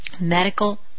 medical